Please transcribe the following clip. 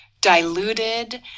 diluted